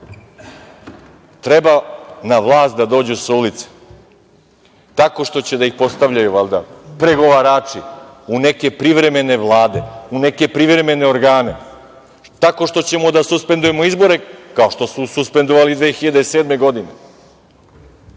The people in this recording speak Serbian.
treba na vlast da dođu sa ulice, tako što će da ih postavljaju valjda pregovarači u neke privremene vlade, u neke privremene organe, tako što ćemo da suspendujemo izbore, kao što su suspendovali 2007. godine.